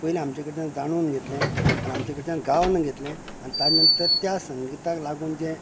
पयलीं आमचें कडच्यान जाणून घेतलें आनी आमचें कडच्यान गावोन घेतलें आनी ताजे नंतर त्या संगीताक लागून जें